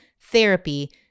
therapy